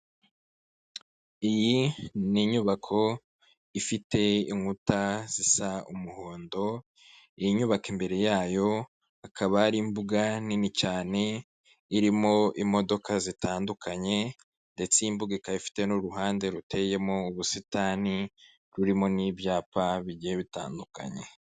Iyi ni inyubako ifite inkuta zisa umuhondo, iyi nyubako imbere yayo hakaba hari imbuga nini cyane, irimo imodoka zitandukanye ndetse iyi mbuga ikaba ifite n'uruhande ruteyemo ubusitani, rurimo n'ibyapa bigiye bitandukanye.